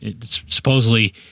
Supposedly